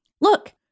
Look